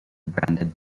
branded